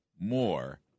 more